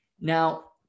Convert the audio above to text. Now